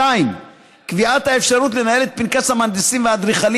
2. קביעת האפשרות לנהל את פנקס המהנדסים והאדריכלים